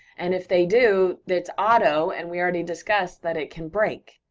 and if they do, it's auto, and we already discussed that it can break,